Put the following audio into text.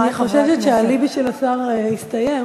אני חוששת שהאליבי של השר הסתיים.